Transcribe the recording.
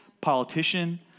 politician